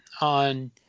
on